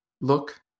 look